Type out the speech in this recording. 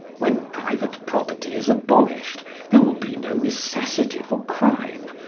when private property is abolished there will be no necessity for crime,